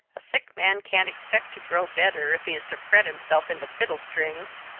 a sick man can't expect to grow better, if he is to fret himself into fiddlestrings!